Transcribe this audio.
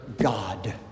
God